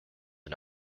and